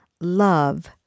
love